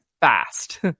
fast